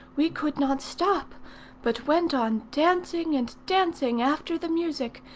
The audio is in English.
we could not stop but went on dancing and dancing after the music,